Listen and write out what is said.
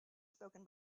spoken